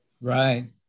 Right